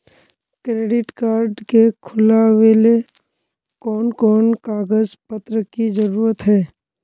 Credit card के खुलावेले कोन कोन कागज पत्र की जरूरत है?